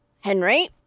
Henry